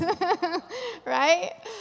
right